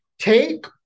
Take